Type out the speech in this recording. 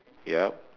yup